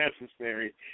necessary